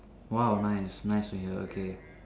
!wow! nice nice to hear okay